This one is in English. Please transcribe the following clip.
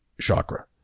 chakra